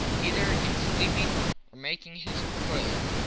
either in sleeping or making his toilet.